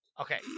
Okay